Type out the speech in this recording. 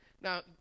Now